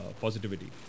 positivity